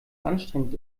anstrengend